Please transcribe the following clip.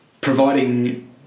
providing